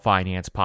Finance